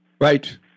Right